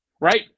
right